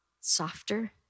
softer